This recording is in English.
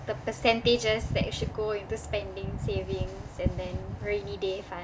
the percentages that should go into spending savings and then rainy day funds